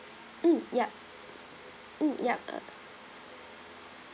mm yup mm yup uh